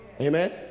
Amen